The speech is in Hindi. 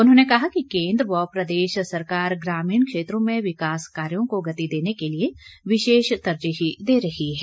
उन्होंने कहा कि केन्द्र व प्रदेश सरकार ग्रामीण क्षेत्रों में विकास कार्यों को गति देने के लिए विशेष तरजीह दे रही है